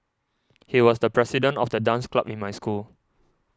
he was the president of the dance club in my school